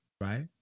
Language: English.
right